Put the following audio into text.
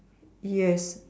yes